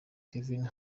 kevin